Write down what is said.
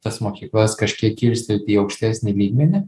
tas mokyklas kažkiek kilstelti į aukštesnį lygmenį